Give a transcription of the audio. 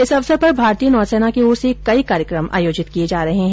इस अवसर पर भारतीय नौसना की ओर से कई कार्यक्रम आयोजित किये जा रहे हैं